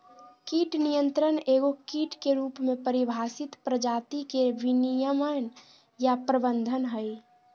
कीट नियंत्रण एगो कीट के रूप में परिभाषित प्रजाति के विनियमन या प्रबंधन हइ